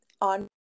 on